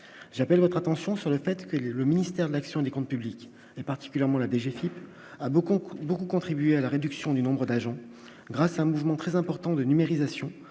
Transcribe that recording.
j'appelle votre attention sur le fait que le ministère de l'action des comptes publics et particulièrement la DG Philippe a beaucoup beaucoup beaucoup contribuer à la réduction du nombre d'agents grâce à un mouvement très important de numérisation,